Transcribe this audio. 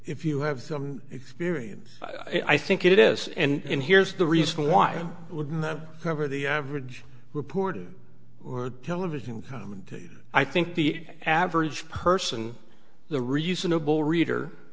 if you have some experience i think it is and here's the reason why it would not cover the average reporter or television commentator i think the average person the reasonable reader